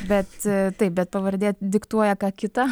bet taip bet pavardė diktuoja ką kitą